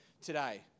today